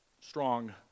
strong